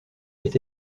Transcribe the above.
est